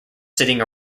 sitting